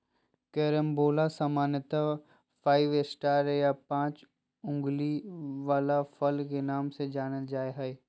carambola सामान्यत five star या पाँच उंगली वला फल के नाम से जानल जा हय